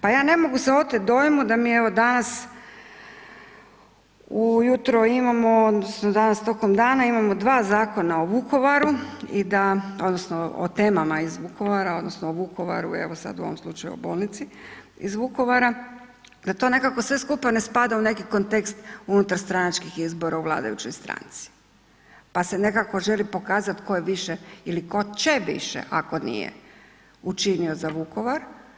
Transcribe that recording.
Pa ja ne mogu se oteti dojmu da mi evo danas ujutro imamo odnosno danas tokom dana imamo dva zakona o Vukovaru i da odnosno o temama iz Vukovara odnosno o Vukovaru evo sada u ovom slučaju o bolnici iz Vukovara da to nekako sve skupa ne sada u neki kontekst unutarstranačkih izbora u vladajućoj stranci, pa se nekako želi pokazati tko je više ili tko će više ako nije učinio za Vukovar.